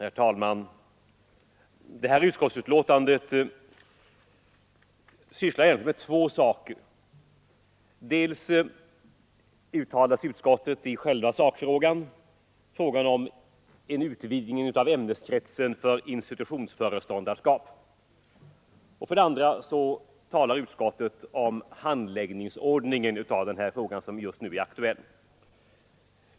Herr talman! Det här betänkandet handlar egentligen om två frågor. Dels uttalar sig utskottet i själva sakfrågan om en utvidgning av ämneskretsen för institutionsföreståndarskap, dels talar utskottet om handläggningsordningen av den fråga som just nu är aktuell.